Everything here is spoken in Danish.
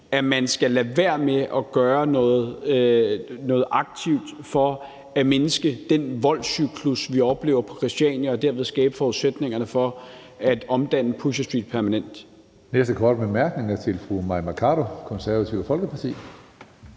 at man skal lade være med at gøre noget aktivt for at mindske den voldscyklus, vi oplever på Christiania, og derved skabe forudsætningerne for at omdanne Pusherstreet permanent.